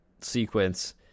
sequence